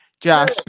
josh